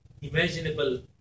imaginable